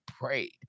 prayed